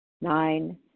Nine